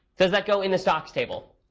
does that go in the stocks table?